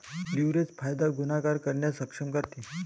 leverage फायदा गुणाकार करण्यास सक्षम करते